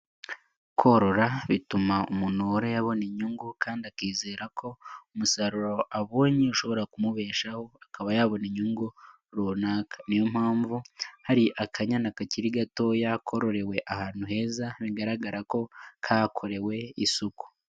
Korora bituma umuntu woroye abona inyungu kandi akizera ko umusaruro abonye ushobora kumubeshaho akaba yabona inyungu runaka, niyo mpamvu hari akanayana kakiri gato yakorewe ahantu heza bigaragara ko kakorewe isuku.